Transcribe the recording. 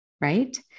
right